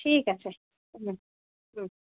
ঠিক আছে হুম হুম